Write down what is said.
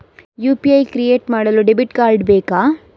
UPI create ಮಾಡಲು debit card ಬೇಕಾ?